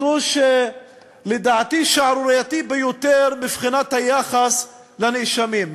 לדעתי, שערורייתי ביותר מבחינת היחס לנאשמים.